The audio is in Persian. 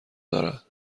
دارد